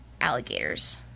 alligators